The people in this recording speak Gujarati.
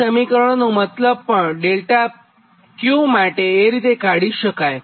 આ સમીકરણનો મતલબ પણ ΔQ માટે એ જ રીતે કાઢી શકાય